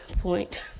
point